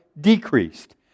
decreased